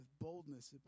boldness